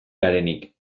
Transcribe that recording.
garenik